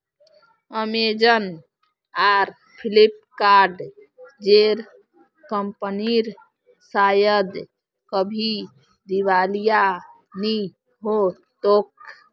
Amazon आर फ्लिपकार्ट जेर कंपनीर शायद कभी दिवालिया नि हो तोक